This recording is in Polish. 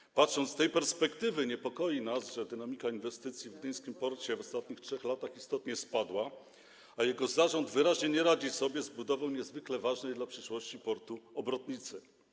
Gdy patrzymy z tej perspektywy, niepokoi nas, że dynamika inwestycji w gdyńskim porcie w ostatnich 3 latach istotnie spadła, a jego zarząd wyraźnie nie radzi sobie z budową niezwykle ważnej dla przyszłości portu obrotnicy.